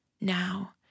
Now